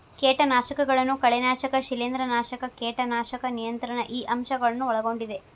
ಕೇಟನಾಶಕಗಳನ್ನು ಕಳೆನಾಶಕ ಶಿಲೇಂಧ್ರನಾಶಕ ಕೇಟನಾಶಕ ನಿಯಂತ್ರಣ ಈ ಅಂಶ ಗಳನ್ನು ಒಳಗೊಂಡಿದೆ